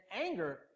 anger